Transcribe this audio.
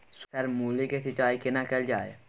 Sir मूली के सिंचाई केना कैल जाए?